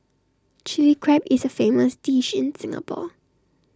Chilli Crab is A famous dish in Singapore